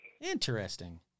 interesting